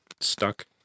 Stuck